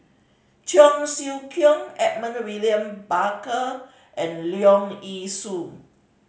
Cheong Siew Keong Edmund William Barker and Leong Yee Soo